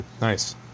Nice